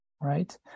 right